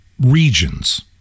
regions